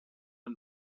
and